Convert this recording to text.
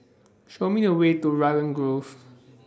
Show Me The Way to Raglan Grove